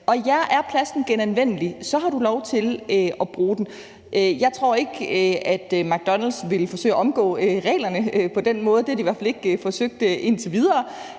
Og ja, er plasten genanvendelig, har du lov til at bruge den. Jeg tror ikke, at McDonald's ville forsøge at omgå reglerne på den måde; det har de i hvert fald ikke forsøgt indtil videre.